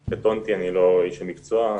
קטונתי, אני לא איש מקצוע.